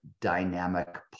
dynamic